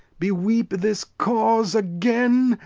beweep this cause again,